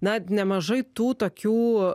nemažai tų tokių